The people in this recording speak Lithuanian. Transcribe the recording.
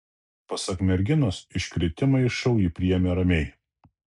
pasak merginos iškritimą iš šou ji priėmė ramiai